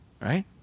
right